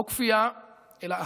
לא כפייה אלא אהבה,